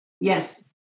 Yes